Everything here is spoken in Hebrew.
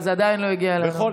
אבל זה עדיין לא הגיע אלינו.